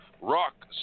Rock